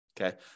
Okay